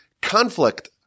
conflict